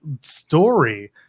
story